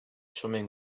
swimming